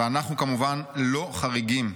ואנחנו כמובן לא חריגים.